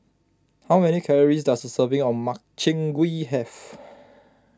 how many calories does a serving of Makchang Gui have